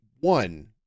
one